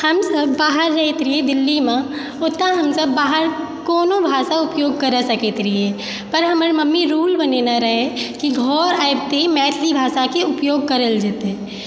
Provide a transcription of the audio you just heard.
हमसब बाहर रहैत रही दिल्लीमे ओतऽ हमसब बाहर कोनो भाषा ऊपयोग करऽ सकैत रहिऐ पर हमर मम्मी रूल बनैने रहै कि घर आबिते मैथिलि भाषाके ऊपयोग करल जेतै